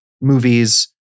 movies